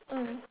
mm